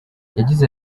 yagize